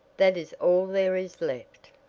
that is all there is left.